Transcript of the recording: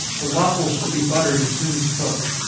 the waffles should be buttered as soon as cooked.